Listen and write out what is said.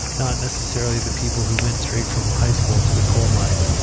not necessarily the people who went straight from high-school to the coal mine.